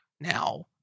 now